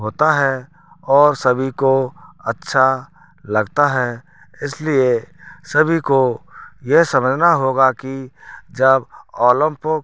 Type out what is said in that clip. होता है और सभी को अच्छा लगता है इसलिए सभी को यह समझना होगा कि जब ओलंपुक